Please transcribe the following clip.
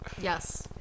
Yes